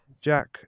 jack